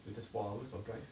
it's just four hours of drive